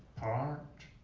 part,